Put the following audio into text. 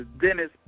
Dennis